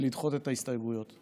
ולדחות את ההסתייגויות.